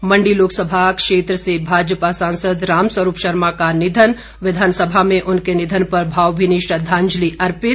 मण्डी लोकसभा क्षेत्र से भाजपा सांसद रामस्वरूप शर्मा का निधन विधानसभा में उनके निधन पर भावभीनी श्रद्धांजलि अर्पित